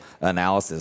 analysis